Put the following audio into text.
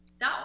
no